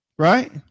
Right